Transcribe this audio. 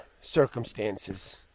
circumstances